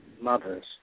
mothers